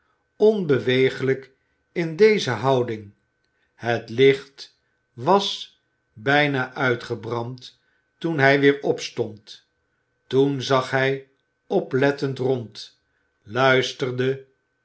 onbeweeglijk in deze houding het licht was bijna uitgebrand toen hij weer opstond toen zag hij oplettend rond luisterde